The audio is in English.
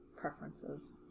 preferences